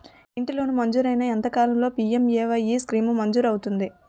ఇంటి లోన్ మంజూరైన ఎంత కాలంలో పి.ఎం.ఎ.వై స్కీమ్ మంజూరు అవుతుంది?